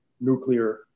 nuclear